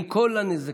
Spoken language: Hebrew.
עם כל הנזקים,